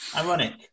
Ironic